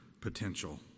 potential